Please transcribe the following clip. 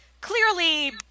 clearly